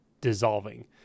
dissolving